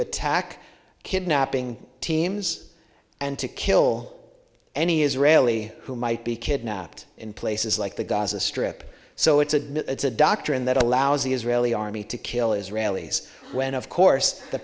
attack kidnapping teams and to kill any israeli who might be kidnapped in places like the gaza strip so it's a it's a doctrine that allows the israeli army to kill israelis when of course the